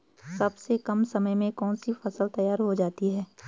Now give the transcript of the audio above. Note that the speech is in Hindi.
सबसे कम समय में कौन सी फसल तैयार हो जाती है?